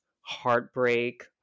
heartbreak